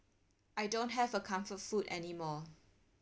I don't have a comfort food anymore